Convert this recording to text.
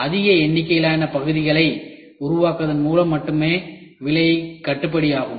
எனவே அதிக எண்ணிக்கையிலான பகுதிகளை உருவாக்குவதன் மூலம் மட்டுமே விலை கட்டுப்படி ஆகும்